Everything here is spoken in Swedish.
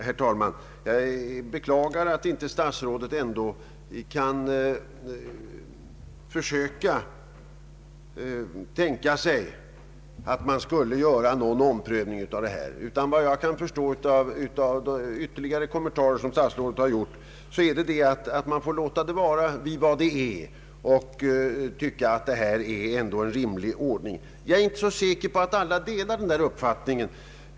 Herr talman! Jag beklagar att statsrådet ändå inte kan tänka sig en omprövning. Efter vad jag kan förstå av de ytterligare kommentarer som statsrådet gjort, anser regeringen att man får låta det vara vid vad det är och att det är en rimlig ordning. Jag är inte så säker på att alla delar den uppfattningen.